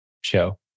show